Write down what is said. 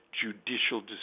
judicial